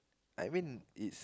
I mean it's